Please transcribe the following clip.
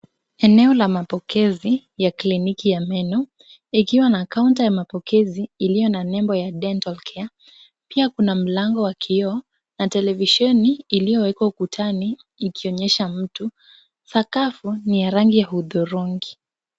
Eneo la mapokezi ya kliniki ya meno, ikiwa na counter ya mapokezi iliyo na nembo ya Dental Care pia kuna mlango wa kioo na televisheni iliyowekwa ukutani ikionyesha mtu. Sakafu ni ya rangi ya hudhurungi.